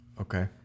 Okay